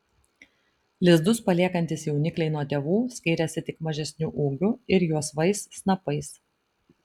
lizdus paliekantys jaunikliai nuo tėvų skiriasi tik mažesniu ūgiu ir juosvais snapais